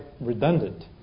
redundant